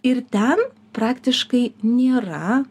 ir ten praktiškai nėra